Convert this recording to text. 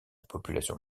population